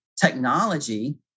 technology